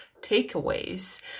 takeaways